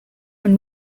when